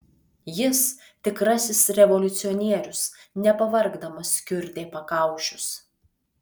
jis tikrasis revoliucionierius nepavargdamas kiurdė pakaušius